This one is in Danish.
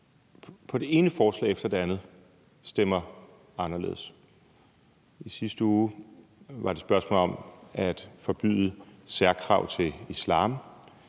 med det ene forslag efter det andet stemmer anderledes. I sidste uge gjaldt det spørgsmålet om at forbyde særkrav til islam